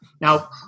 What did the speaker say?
Now